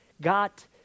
got